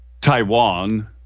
Taiwan